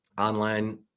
online